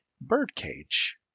birdcage